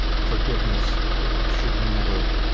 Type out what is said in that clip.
forgiveness should never,